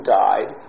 died